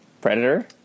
Predator